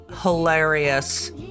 hilarious